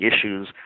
issues